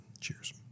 Cheers